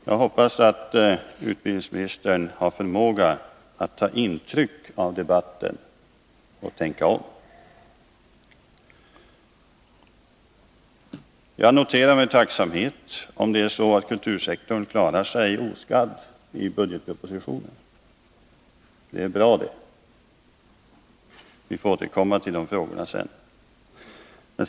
Jag hoppas att utbildningsministern har förmåga att ta intryck av debatten och tänka om. Jag skall notera med tacksamhet om det är så att kultursektorn klarar sig oskadd i budgetpropositionen. Vi får återkomma till den frågan senare.